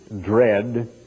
dread